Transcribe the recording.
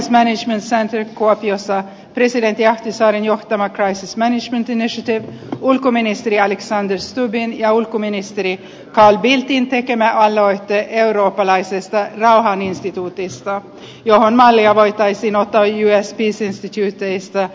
crisis management centre kuopiossa presidentti ahtisaaren johtama crisis management initiative ulkoministeri alexander stubbin ja ulkoministeri carl bildtin tekemä aloite eurooppalaisesta rauhaninstituutista johon mallia voitaisiin ottaa us institute of peacesta washingtonista